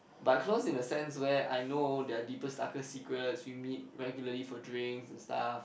but close in the sense where I know their deepest darkest secrets we meet regularly for drinks and stuff